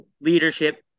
leadership